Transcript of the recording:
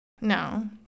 No